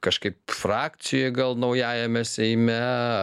kažkaip frakcija gal naujajame seime